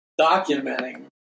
documenting